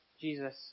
Jesus